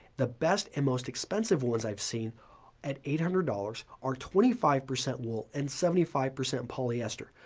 the best and most expensive ones i've seen at eight hundred dollars are twenty five percent wool and seventy five percent polyester.